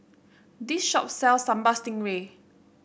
this shop sells Sambal Stingray